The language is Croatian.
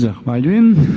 Zahvaljujem.